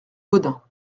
gaudin